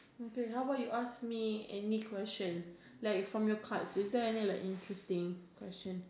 okay how bout you ask me any questions like from your cards is there like any interesting questions